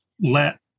let